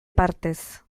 partez